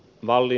malli